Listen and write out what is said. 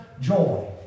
joy